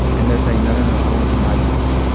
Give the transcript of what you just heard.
and they're saying, no, no, no, i wanna be my best.